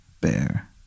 Bear